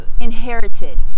inherited